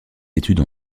études